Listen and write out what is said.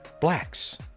blacks